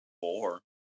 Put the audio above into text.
four